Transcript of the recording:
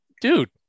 dude